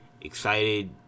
excited